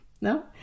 no